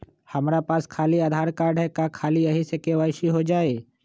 हमरा पास खाली आधार कार्ड है, का ख़ाली यही से के.वाई.सी हो जाइ?